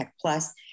Plus